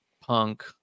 punk